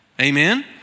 amen